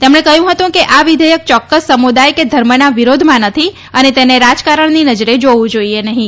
તેમણે કહ્યું હતું કે આ વિધેથક ચોક્કસ સમુદાય કે ધર્મના વિરોધમાં નથી અને તેને રાજકારણની નજરે જાવું જાઈએ નહીં